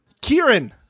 kieran